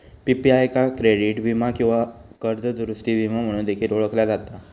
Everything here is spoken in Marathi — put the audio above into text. पी.पी.आय का क्रेडिट वीमा किंवा कर्ज दुरूस्ती विमो म्हणून देखील ओळखला जाता